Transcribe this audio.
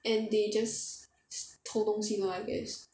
and they just st~ 偷东西 lor I guess